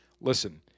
listen